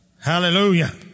Hallelujah